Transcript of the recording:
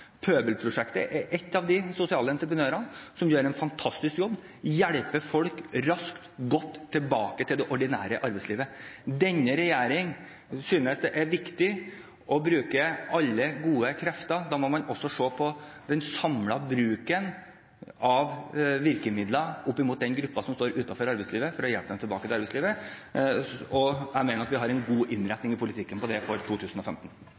Pøbelprosjektet er en av de sosiale entreprenørene som gjør en fantastisk jobb og hjelper folk raskt og godt tilbake til det ordinære arbeidslivet. Denne regjeringen synes det er viktig å bruke alle gode krefter. Da må man også se på den samlede bruken av virkemidler opp mot den gruppen som står utenfor arbeidslivet, for å hjelpe dem tilbake til arbeidslivet. Jeg mener at vi har en god innretning i politikken på det for 2015.